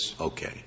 Okay